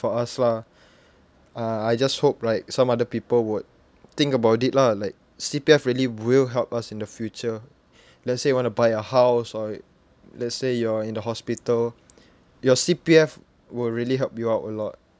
for us lah uh I just hope like some other people would think about it lah like C_P_F really will help us in the future let's say you want to buy a house or let's say you're in the hospital your C_P_F will really help you out a lot